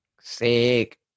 Sick